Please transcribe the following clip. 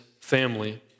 family